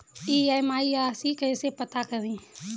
EMI राशि कैसे पता करें?